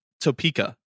Topeka